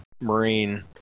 marine